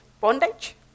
bondage